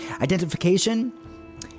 Identification